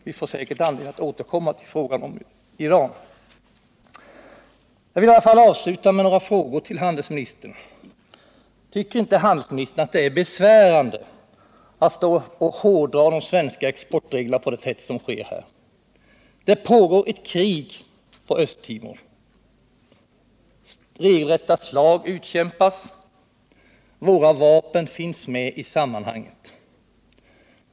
Vi får säkerligen anledning att återkomma till frågan om Iran. Jag vill avsluta med några frågor till handelsministern. Tycker inte handelsministern att det är besvärande att stå och hårdra de svenska exportreglerna på det sätt som här sker? Det pågår ett krig i Östra Timor, regelrätta slag utkämpas och våra vapen finns med i sammanhanget.